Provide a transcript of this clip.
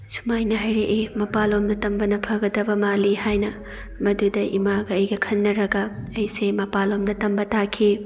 ꯁꯨꯃꯥꯏꯅ ꯍꯥꯏꯔꯛꯏ ꯃꯄꯥꯟ ꯂꯣꯝꯗ ꯇꯝꯕꯅ ꯐꯒꯗꯕ ꯃꯥꯜꯂꯤ ꯍꯥꯏꯅ ꯃꯗꯨꯗ ꯏꯃꯥꯒ ꯑꯩꯒ ꯈꯟꯅꯔꯒ ꯑꯩꯁꯦ ꯃꯄꯥꯟ ꯂꯝꯗ ꯇꯝꯕ ꯇꯥꯈꯤ